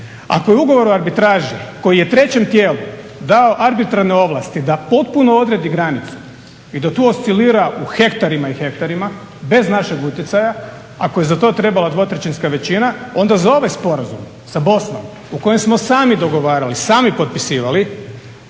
ako je ugovor o arbitraži koji je trećem tijelu dao arbitrarne ovlasti da potpuno odredi granicu i da tu oscilira u hektarima i hektarima bez našeg utjecaja ako je za to trebala dvotrećinska većina onda za ovaj sporazum sa Bosnom u kojem smo sami dogovarali, sami potpisivali